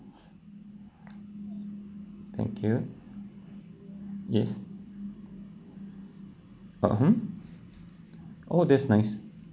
thank you yes mmhmm oh that's nice